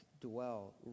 dwell